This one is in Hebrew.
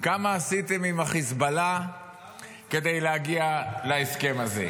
כמה עשיתם עם החיזבאללה כדי להגיע להסכם הזה.